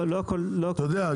אתה יודע,